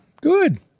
good